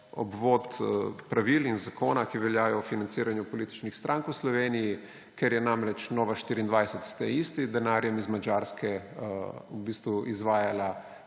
obvod pravil in zakona, ki velja o financiranju političnih strank v Sloveniji, ker je namreč Nova24 s tem istim denarjem iz Madžarske izvajala